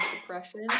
suppression